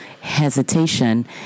hesitation